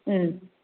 ಹ್ಞೂ